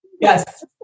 Yes